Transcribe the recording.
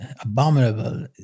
abominable